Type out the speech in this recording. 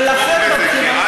הופר, רויטל.